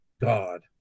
God